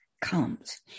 comes